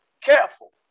careful